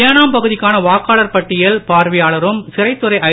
ஏனாம் பகுதிக்கான வாக்காளர் பட்டியல் பார்வையாளரும் சிறைத் துறை ஐ